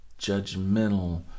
judgmental